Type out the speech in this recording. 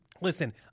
listen